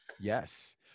yes